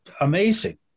amazing